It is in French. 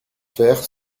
faire